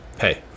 hey